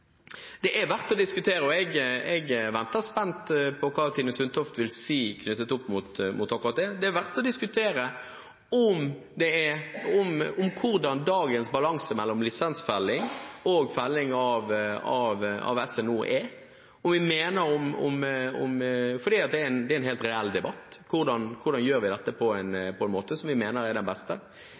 det er verdt å diskutere, og jeg venter spent på hva Tine Sundtoft vil si om akkurat det. Det er verdt å diskutere hvordan dagens balanse mellom lisensfelling og felling i regi av SNO er. Det er en helt reell debatt – hvordan vi gjør dette på en måte som vi mener er den beste. Jeg tror vi er enige. Jeg hørte også Marit Arnstad si at det